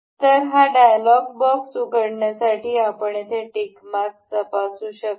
मग हा dialog box उघडण्यासाठी आपण येथे टिक मार्क तपासू शकतो